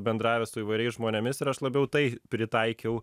bendravęs su įvairiais žmonėmis ir aš labiau tai pritaikiau